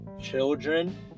children